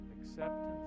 acceptance